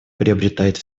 приобретает